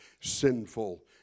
sinful